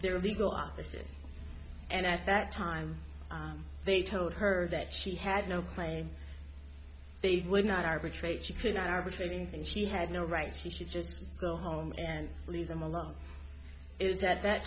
their legal offices and at that time they told her that she had no claim they would not arbitrate she could not arbitrating and she had no rights she should just go home and leave them alone it's at that